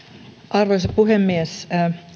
arvoisa puhemies